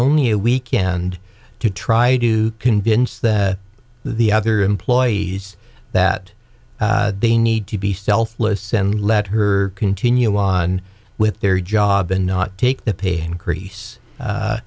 only a weekend to try to convince that the other employees that they need to be selfless and let her continue on with their job and not take the pay increase